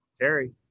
Terry